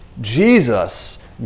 Jesus